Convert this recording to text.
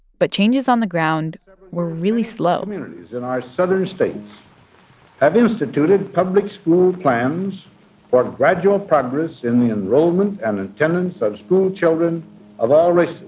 but changes on the ground were really slow. communities in our southern states have instituted public school plans for gradual progress in the enrollment and attendance of schoolchildren of all races.